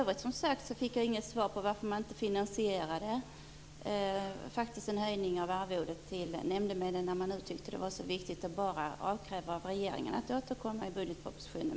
Jag fick inget svar på varför det inte har skett en finansiering av höjningen av arvodet till nämndemännen, när man nu tyckte att det var så viktigt. Det är inte bara att avkräva att regeringen skall återkomma i budgetpropositionen.